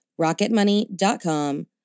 Rocketmoney.com